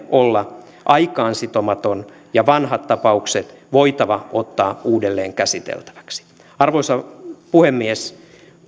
olla aikaan sitomaton ja vanhat tapaukset on voitava ottaa uudelleen käsiteltäväksi arvoisa puhemies